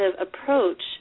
approach